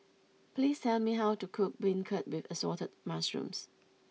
please tell me how to cook Beancurd with Assorted Mushrooms